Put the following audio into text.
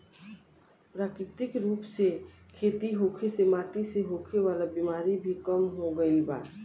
प्राकृतिक रूप से खेती होखे से माटी से होखे वाला बिमारी भी कम हो गईल बा